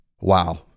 Wow